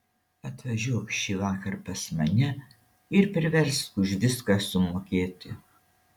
atvažiuok šįvakar pas mane ir priversk už viską sumokėti